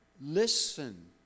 listen